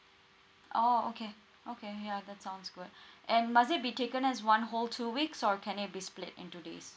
oh okay okay yeah that sounds good and must it be taken as one whole two weeks or can it be split into days